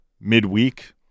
midweek